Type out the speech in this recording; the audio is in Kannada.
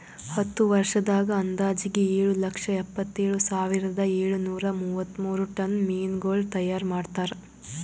ಹತ್ತು ವರ್ಷದಾಗ್ ಅಂದಾಜಿಗೆ ಏಳು ಲಕ್ಷ ಎಪ್ಪತ್ತೇಳು ಸಾವಿರದ ಏಳು ನೂರಾ ಮೂವತ್ಮೂರು ಟನ್ ಮೀನಗೊಳ್ ತೈಯಾರ್ ಮಾಡ್ತಾರ